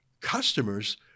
customers